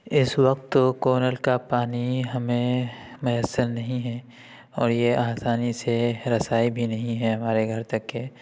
اس وقت کونل کا پانی ہمیں میسر نہیں ہیں اور یہ آسانی سے رسائی بھی نہیں ہیں ہمارے گھر تک کے